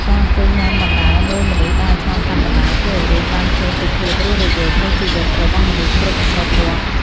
ការអង្គុយញ៉ាំបណ្ដើរមើលមនុស្សដើរឆ្លងកាត់បណ្ដើរធ្វើឱ្យយើងបានឃើញពីភាពរស់រវើកនៃជីវិតរបស់មនុស្សគ្រប់ស្រទាប់។